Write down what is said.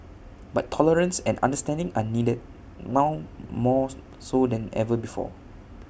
but tolerance and understanding are needed now mores so than ever before